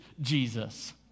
Jesus